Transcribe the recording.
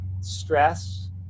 stress